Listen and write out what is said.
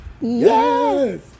Yes